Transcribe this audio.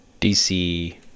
DC